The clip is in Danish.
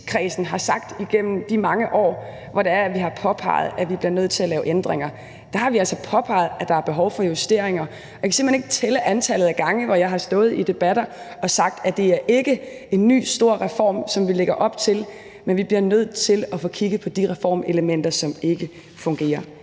har sagt igennem de mange år, hvor vi har påpeget, at vi bliver nødt til at lave ændringer. Der har vi altså påpeget, at der er behov for justeringer. Jeg kan simpelt hen ikke tælle antallet af gange, hvor jeg har stået i debatter og har sagt, at det ikke er en ny stor reform, som vi lægger op til, men vi bliver nødt til at få kigget på de reformelementer, som ikke fungerer